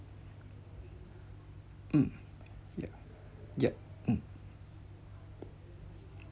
mm yeah yup mm